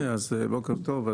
בוקר טוב.